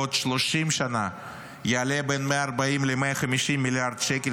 בעוד 30 שנה הוא יעלה בין 140 ל-150 מיליארד שקל,